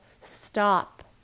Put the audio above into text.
stop